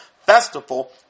Festival